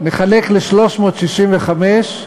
נחלק ל-365,